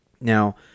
Now